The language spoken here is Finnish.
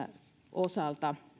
osalta